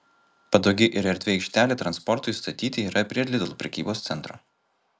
patogi ir erdvi aikštelė transportui statyti yra prie lidl prekybos centro